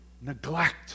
neglect